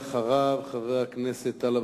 ואחריו, חבר הכנסת טלב